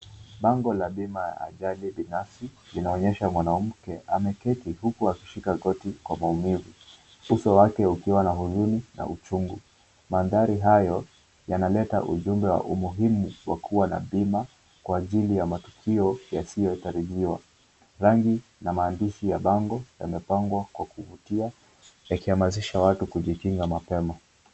Bango la bima ya ajali binafsi linaonyesha mwanamke ameketi huku akishika goti kwa maumivu, uso wake ukiwa na huzuni na uchungu, mandhari hayo yanaleta ujumbe wa umuhimu wa kuwa na bima kwa ajili ya matukio yasiyotarajiwa, rangi na maandishi ya bango yamepangwa kwa kuvutia, yakihamasisha watu kujikinga mapema.